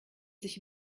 sich